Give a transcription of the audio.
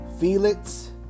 Felix